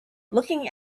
looking